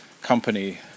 company